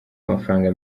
amafaranga